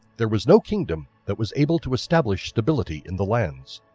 there was no kingdom that was able to establish stability in the lands.